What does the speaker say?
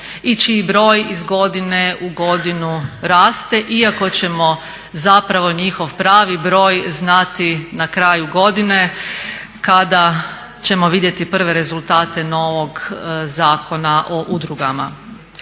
i čiji broj iz godine u godinu raste iako ćemo zapravo njihov pravi broj znati na kraju godine kada ćemo vidjeti prve rezultate novog Zakona o udrugama.